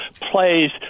plays